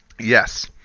Yes